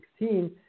2016